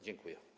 Dziękuję.